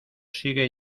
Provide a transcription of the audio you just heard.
sigue